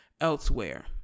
elsewhere